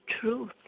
truth